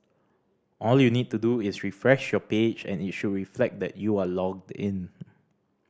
all you need to do is refresh your page and it should reflect that you are logged in